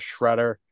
shredder